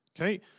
Okay